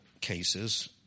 cases